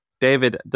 David